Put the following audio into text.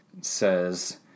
says